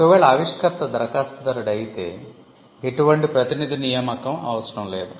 ఒకవేళ ఆవిష్కర్త దరఖాస్తుదారుడు అయితే ఎటువంటి ప్రతినిధి నియామకం అవసరం లేదు